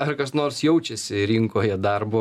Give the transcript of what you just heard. ar kas nors jaučiasi rinkoje darbo